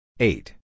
Eight